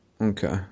Okay